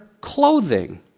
clothing